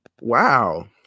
Wow